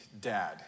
dad